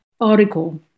article